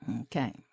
Okay